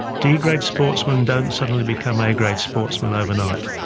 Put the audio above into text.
d grade sportsmen don't suddenly become a grade sportsmen overnight,